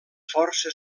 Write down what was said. força